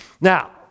Now